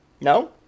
No